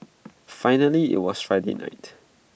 finally IT was Friday night